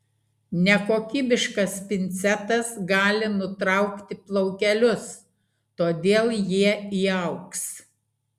nekokybiškas pincetas gali nutraukti plaukelius todėl jie įaugs